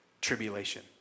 tribulation